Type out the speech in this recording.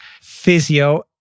physio